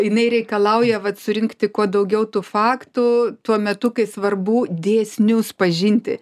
jinai reikalauja vat surinkti kuo daugiau tų faktų tuo metu kai svarbu dėsnius pažinti